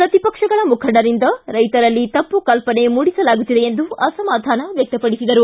ಪ್ರತಿಪಕ್ಷಗಳ ಮುಖಂಡರಿಂದ ರೈತರಲ್ಲಿ ತಪ್ಪು ಕಲ್ಪನೆ ಮೂಡಿಸಲಾಗುತ್ತಿದೆ ಎಂದು ಅಸಮಾಧಾನ ವ್ಯಕ್ತಪಡಿಸಿದರು